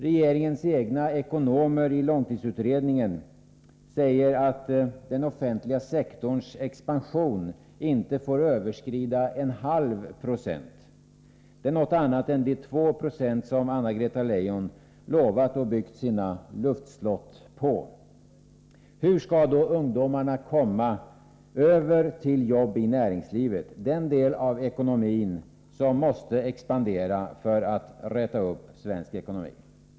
Regeringens egna ekonomer i långtidsutredningen säger att den offentliga sektorns expansion inte får överskrida 0,5 Jo. Det är något annat än de 2 20 som Anna-Greta Leijon lovat och byggt sina luftslott på. Hur skall då ungdomarna komma över till jobb i näringslivet, den del av ekonomin som måste expandera för att räta upp svensk ekonomi?